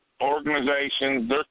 Organizations